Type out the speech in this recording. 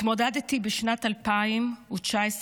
התמודדתי בשנת 2019,